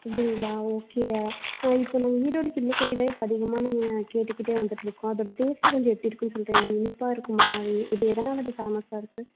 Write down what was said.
அப்படிங்களா ஓகே இப்போ நாங்கள் ஈரோடு கிள்ளு கறி இப்போ அதிகமாக நாங்கள் கேட்டுக்கிட்டே வந்துட்டுருக்கோம் அதோடய டேஸ்ட்டு கொஞ்சம் எப்படி இருக்குதுன்னு சொல்கிறிங்களா இனிப்பாக இருக்குமா இ இது எதனால் அது ஃபேமஸாக இருக்குது